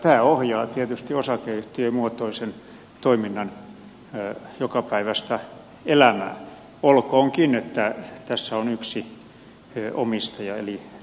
tämä ohjaa tietysti osakeyhtiömuotoisen toiminnan jokapäiväistä elämää olkoonkin että tässä on yksi omistaja eli valtio